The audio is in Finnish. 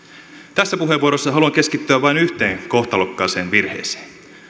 tässä puheenvuorossa haluan keskittyä vain yhteen kohtalokkaaseen virheeseen